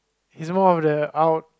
he's more of the out